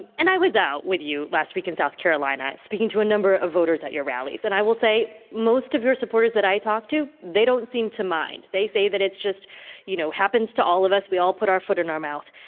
and i was out with you last week in south carolina speaking to a number of voters at your rallies. and i will say, most of your supporters that i talked to, they don't seem to mind. they say that it's just you know, happens to all of us. we all put our foot in our mouth.